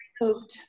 removed